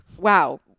Wow